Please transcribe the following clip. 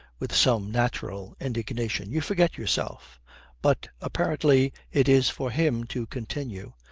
with some natural indignation, you forget yourself but apparently it is for him to continue.